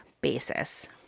basis